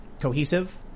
cohesive